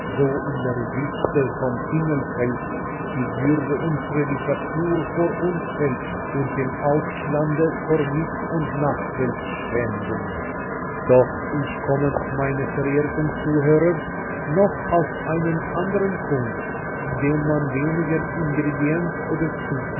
in der wüste vom himmel fällt die würde unserer literatur vor uns selbst und dem auslande vor mit und nachwelt schänden doch ich komme meine verehrten zuhörer noch auf einen andern punkt den man weniger ingredienz oder